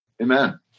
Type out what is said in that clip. Amen